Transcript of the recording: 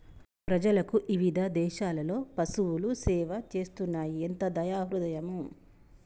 ప్రజలకు ఇవిధ దేసాలలో పసువులు సేవ చేస్తున్నాయి ఎంత దయా హృదయమో